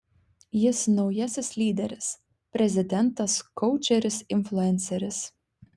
jis naujasis lyderis prezidentas koučeris influenceris